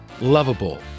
lovable